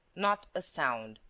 not a sound.